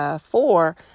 four